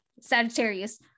Sagittarius